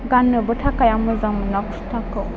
गाननोबो थाखाय आं मोजां मोना कुर्ताखौ